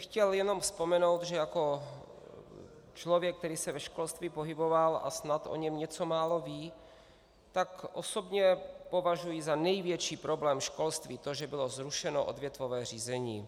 Chtěl bych jenom vzpomenout, že jako člověk, který se ve školství pohyboval a snad o něm něco málo ví, tak osobně považuji za největší problém školství to, že bylo zrušeno odvětvové řízení.